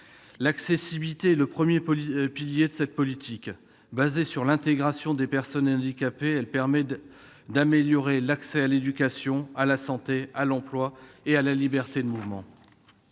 L'accessibilité est le premier pilier de cette politique. Basée sur l'intégration des personnes handicapées, elle permet d'améliorer l'accès à l'éducation, à la santé, à l'emploi et à la liberté de mouvement.